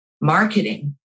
marketing